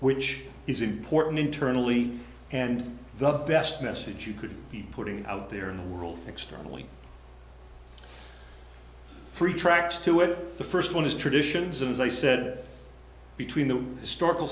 which is important internally and the best message you could be putting out there in the world externally three tracks to where the first one is traditions and as i said between the historical